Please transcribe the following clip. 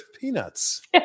peanuts